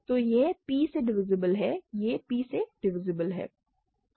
तो यह p से डिवीसीब्ल है यह p से डिवीसीब्ल है